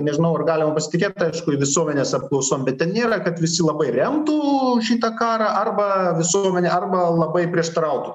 nežinau ar galima pasitikėt aišku visuomenės apklausom bet ten nėra kad visi labai remtų šitą karą arba visuomenė arba labai prieštarautų